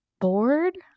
bored